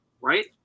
right